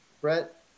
Brett